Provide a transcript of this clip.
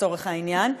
לצורך העניין,